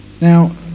now